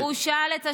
הוא שאל את השאלה,